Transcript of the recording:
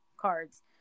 cards